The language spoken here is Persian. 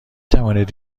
توانید